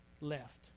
left